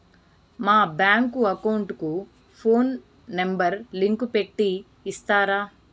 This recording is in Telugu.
మా బ్యాంకు అకౌంట్ కు ఫోను నెంబర్ లింకు పెట్టి ఇస్తారా?